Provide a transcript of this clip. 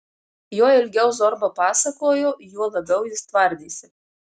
juo ilgiau zorba pasakojo juo labiau jis tvardėsi